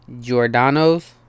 Giordano's